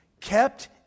Kept